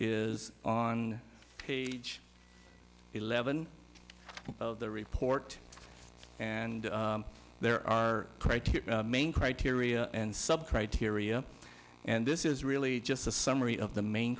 is on page eleven of the report and there are criteria main criteria and sub criteria and this is really just a summary of the main